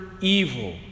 evil